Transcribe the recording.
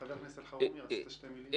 חבר הכנסת אלחרומי, רצית שתי מילים.